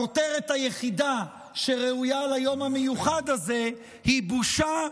הכותרת היחידה שראויה ליום המיוחד הזה היא "בושה,